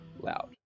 loud